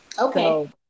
Okay